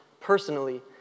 personally